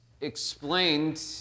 explained